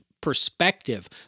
perspective